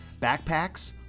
backpacks